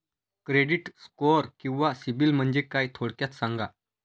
Credit score किंवा CIBIL म्हणजे काय? थोडक्यात सांगा